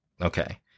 Okay